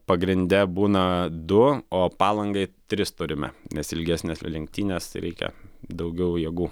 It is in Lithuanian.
pagrinde būna du o palangai tris turime nes ilgesnės lenktynės tai reikia daugiau jėgų